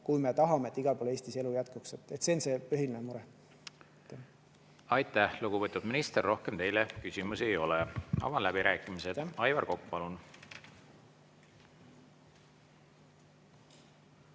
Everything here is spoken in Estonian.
kui me tahame, et igal pool Eestis elu jätkuks. See on see põhiline mure. Aitäh, lugupeetud minister! Rohkem teile küsimusi ei ole. Avan läbirääkimised. Aivar Kokk, palun!